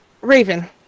raven